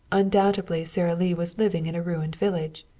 undoubtedly sara lee was living in a ruined village.